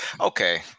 Okay